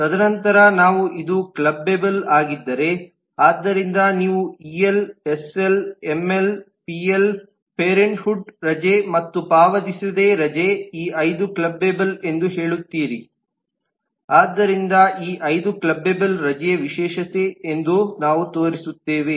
ತದನಂತರ ನಾವು ಇದು ಕ್ಲಬ್ಬೆಬಲ್ ಆಗಿದ್ದರೆ ಆದ್ದರಿಂದ ನೀವು EL SL ML PL parenthood ರಜೆ ಮತ್ತು ಪಾವತಿಸದೆ ರಜೆ ಈ ಐದು ಕ್ಲಬ್ಬೆಬಲ್ ಎಂದು ಹೇಳುತ್ತೀರಿ ಆದ್ದರಿಂದ ಈ ಐದು ಕ್ಲಬ್ಬೆಬಲ್ ರಜೆಯ ವಿಶೇಷತೆ ಎಂದು ನಾವು ತೋರಿಸುತ್ತೇವೆ